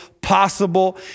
possible